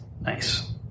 nice